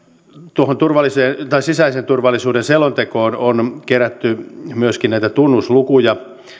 tuohon sisäisen turvallisuuden selontekoon on kerätty myöskin näitä tunnuslukuja